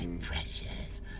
precious